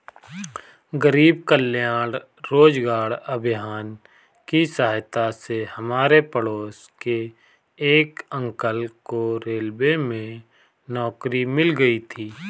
गरीब कल्याण रोजगार अभियान की सहायता से हमारे पड़ोस के एक अंकल को रेलवे में नौकरी मिल गई थी